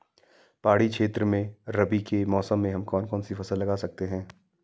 पहाड़ी क्षेत्रों में रबी के मौसम में हम कौन कौन सी फसल लगा सकते हैं?